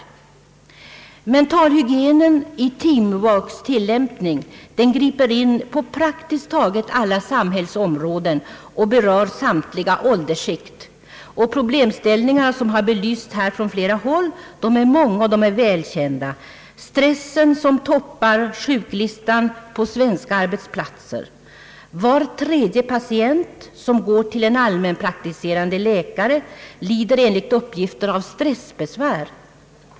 Mentalhygienen i team-worktillämpning griper in på praktiskt taget alla samhällsområden och berör samtliga Aåldersskikt. Problemställningarna, som här har belysts från flera håll, är många och välkända. Det är stressen som toppar sjuklistan på svenska arbetsplatser, och var tredje patient som går till en allmänpraktiserande läkare lider enligt uppgift av stressbesvär.